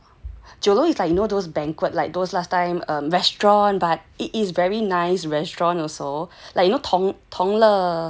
酒楼 it's like you know those banquet like those last time restaurant but it is very nice restaurant also like you know 同乐同乐 ban heng that kind of